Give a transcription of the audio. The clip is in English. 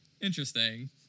Interesting